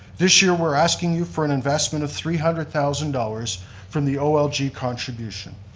this year, we're asking you for an investment of three hundred thousand dollars from the olg contribution.